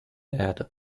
erde